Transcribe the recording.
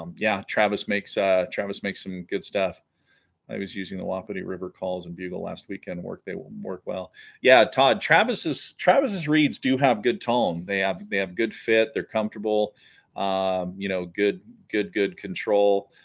um yeah travis makes ah travis make some good stuff i was using the wapiti river calls and bugle last weekend work they won't work well yeah todd travis's travis's reads do have good tone they have they have good fit they're comfortable you know good good good control